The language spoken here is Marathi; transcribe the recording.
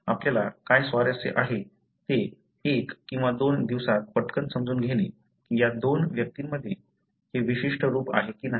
आपल्याला काय स्वारस्य आहे ते एक किंवा दोन दिवसात पटकन समजून घेणे की या दोन व्यक्तींमध्ये हे विशिष्ट रूप आहे की नाही